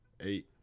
eight